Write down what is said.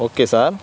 okay sir